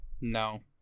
No